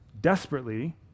desperately